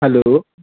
hello